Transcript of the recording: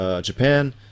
Japan